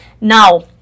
now